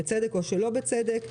בצדק או שלא בצדק.